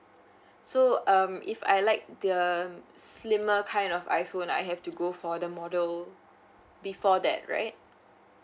so um if I like the um slimmer kind of iPhone I have to go for the model before that right